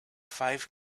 five